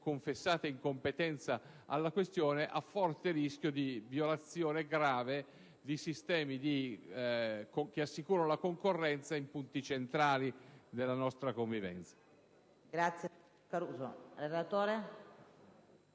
confessata incompetenza alla questione, a forte rischio di violazione grave di sistemi che assicurano la concorrenza in punti centrali della nostra convivenza.